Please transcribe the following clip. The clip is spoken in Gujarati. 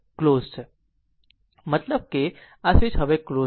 મતલબ કે આ સ્વીચ હવે ક્લોઝ છે